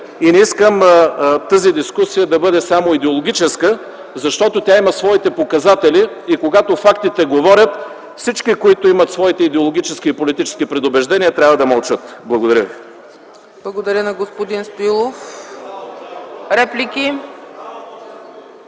Не искам тази дискусия да бъде само идеологическа, защото тя има своите показатели. Когато фактите говорят, всички, които имат своите идеологически и политически предубеждения, трябва да мълчат. Благодаря ви. ПРЕДСЕДАТЕЛ ЦЕЦКА ЦАЧЕВА: Благодаря на господин Стоилов. Реплики